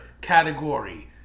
category